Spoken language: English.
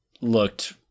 looked